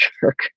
jerk